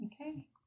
Okay